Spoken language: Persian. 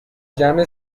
جمع